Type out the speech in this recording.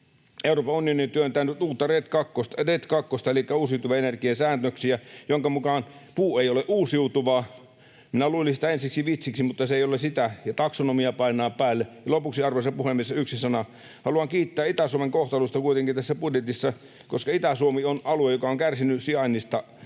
Euroopan unioni työntää nyt uutta RED kakkosta elikkä uusiutuvan energian säännöksiä, joiden mukaan puu ei ole uusiutuvaa. Luulin sitä ensiksi vitsiksi, mutta se ei ole sitä, ja taksonomia painaa päälle. Lopuksi, arvoisa puhemies, yksi sana: Haluan kiittää kuitenkin Itä-Suomen kohtalosta tässä budjetissa, koska Itä-Suomi on alue, joka on kärsinyt sijainnista